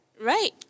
Right